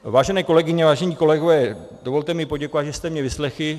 Vážené kolegyně, vážení kolegové, dovolte mi poděkovat, že jste mě vyslechli.